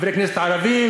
חברי הכנסת הערבים,